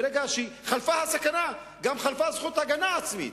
ברגע שחלפה הסכנה גם חלפה הזכות להגנה עצמית.